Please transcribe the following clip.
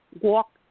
walk